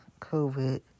COVID